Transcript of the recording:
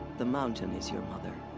the mountain is your mother.